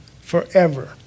forever